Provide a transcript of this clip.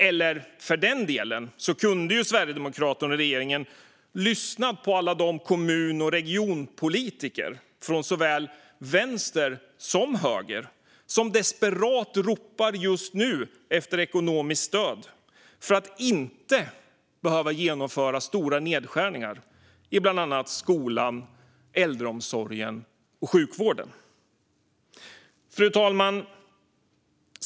Eller för den delen kunde ju Sverigedemokraterna och regeringen ha lyssnat på de kommun och regionpolitiker från såväl vänster som höger som desperat ropar efter ekonomiskt stöd för att inte behöva genomföra stora nedskärningar i bland annat skolan, äldreomsorgen och sjukvården. Fru talman!